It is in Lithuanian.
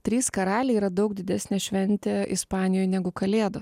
trys karaliai yra daug didesnė šventė ispanijoj negu kalėdos